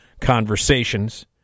conversations